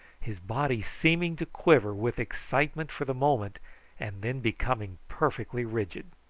his body seeming to quiver with excitement for the moment and then becoming perfectly rigid.